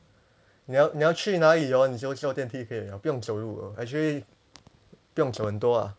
你要你要去哪里就做电梯可以了不用走路的 actually 不用走很多啊